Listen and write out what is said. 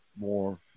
more